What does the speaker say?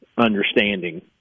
understanding